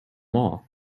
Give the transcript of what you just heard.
all